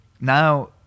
now